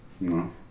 No